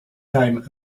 time